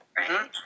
right